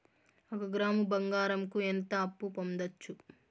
ఒక గ్రాము బంగారంకు ఎంత అప్పు పొందొచ్చు